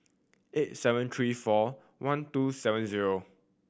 eight seven three four one two seven zero